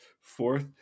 fourth